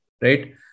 right